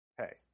Okay